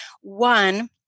One